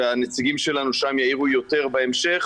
והנציגים שלנו שם יעירו יותר בהמשך,